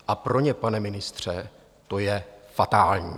A pro ně, pane ministře, to je fatální.